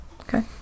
Okay